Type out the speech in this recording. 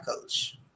coach